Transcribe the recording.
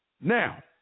now